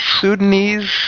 Sudanese